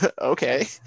Okay